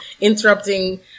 interrupting